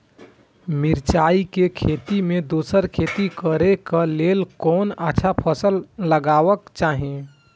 मिरचाई के खेती मे दोसर खेती करे क लेल कोन अच्छा फसल लगवाक चाहिँ?